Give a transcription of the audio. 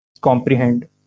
comprehend